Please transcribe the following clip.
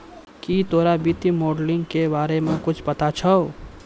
की तोरा वित्तीय मोडलिंग के बारे मे कुच्छ पता छौं